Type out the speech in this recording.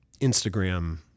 Instagram